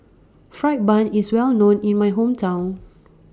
Fried Bun IS Well known in My Hometown